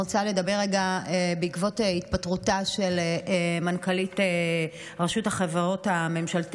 אני רוצה לדבר רגע בעקבות התפטרותה של מנכ"לית רשות החברות הממשלתיות,